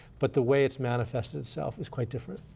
but the way it's manifested itself is quite different.